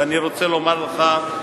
ואני רוצה לומר לך,